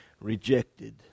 rejected